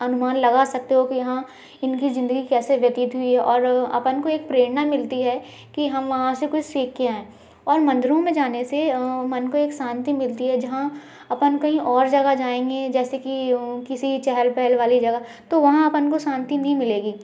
अनुमान लगा सकते हो कि यहाँ इनकी ज़िंदगी कैसे व्यतीत हुई है और अ अपन को एक प्रेरणा मिलती है की हम वहाँ से कुछ सीख कर आएं और मंदिरों में जाने से अ मन को एक शांति मिलती है जहाँ अपन कहीं और जगह जाएंगे जैसे कि अ किसी चहल पहल वाली जगह तो वहाँ अपन को शांति नहीं मिलेगी